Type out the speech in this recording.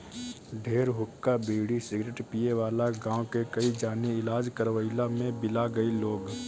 ढेर हुक्का, बीड़ी, सिगरेट पिए वाला गांव के कई जानी इलाज करवइला में बिला गईल लोग